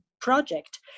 project